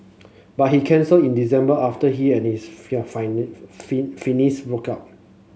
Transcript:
but he cancelled in December after he and his broke out